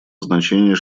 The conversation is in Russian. значение